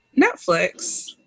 Netflix